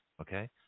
okay